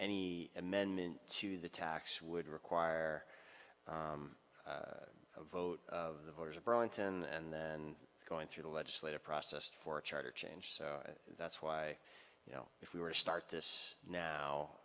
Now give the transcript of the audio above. any amendment to the tax would require a vote of the voters of burlington and then going through the legislative process for a charter change so that's why you know if we were to start this now